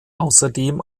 außerdem